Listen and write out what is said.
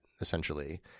essentially